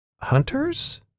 hunters